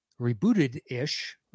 rebooted-ish